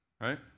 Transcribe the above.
right